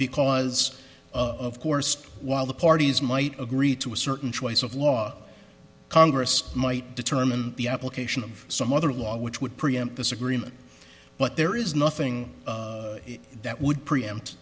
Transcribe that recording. because of course while the parties might agree to a certain choice of law congress might determine the application of some other law which would preempt this agreement but there is nothing that would preempt